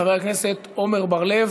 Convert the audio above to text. חבר הכנסת עמר בר-לב,